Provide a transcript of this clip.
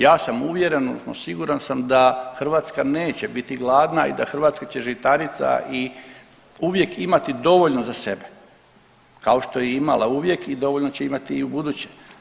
Ja sam uvjeren odnosno siguran sam da Hrvatska neće biti gladna i da hrvatskih će žitarica i uvijek imati dovoljno za sebe kao što je i imala uvijek i dovoljno će imati i u buduće.